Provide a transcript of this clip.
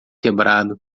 quebrado